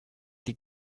die